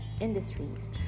industries